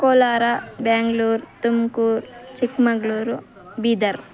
Kolar Bengaluru Tumkur Chikmagalur Bidar